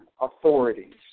authorities